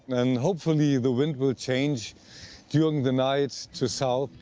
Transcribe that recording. and hopefully the wind will change during the night to south.